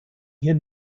hier